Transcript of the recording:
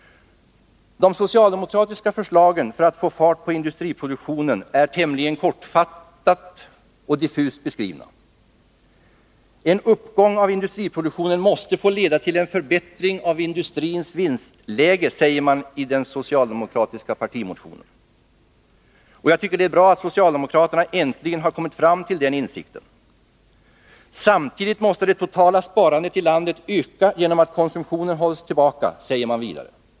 De socialdemokratiska förslagen för att få fart på industriproduktionen är tämligen kortfattat och diffust beskrivna. En uppgång av industriproduktionen måste få leda till en förbättring av industrins vinstläge, säger man i den socialdemokratiska partimotionen. Det är bra att socialdemokraterna äntligen kommit fram till den insikten. Samtidigt måste det totala sparandet i landet öka genom att konsumtionen hålls tillbaka, säger man vidare.